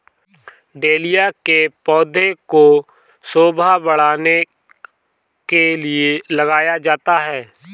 dahlia के पौधे को शोभा बढ़ाने के लिए लगाया जाता है